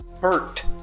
Bert